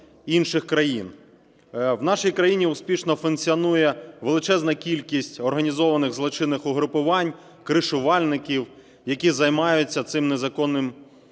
В нашій країні успішно функціонує величезна кількість організованих злочинних угрупувань, "кришувальників", які займаються цим незаконним бізнесом,